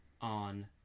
on